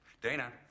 Dana